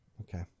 Okay